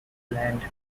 land